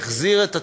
והחזיר את התוכניות,